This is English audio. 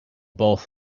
both